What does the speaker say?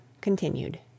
continued